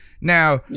Now